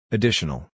Additional